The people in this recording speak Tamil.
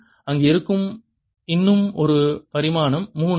அங்கு இருக்கும் இன்னும் ஒரு பரிமானம் மு 0